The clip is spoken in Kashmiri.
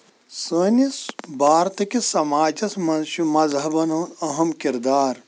سٲنِس بارتہٕ کِس سَماجس منٛز چھُ مزہبن ہُنٛد اَہم کِردار